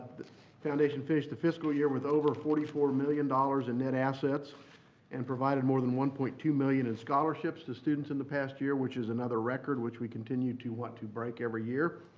foundation finished the fiscal year with over forty four million dollars in net assets and provided more than one point two million in scholarships to students in the past year, which is another record which we continue to want to break every year.